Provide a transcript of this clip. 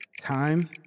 Time